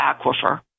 Aquifer